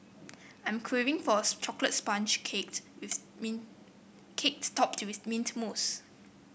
I am craving for a chocolate sponge with mean cake topped with mint mousse